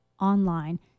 online